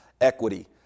equity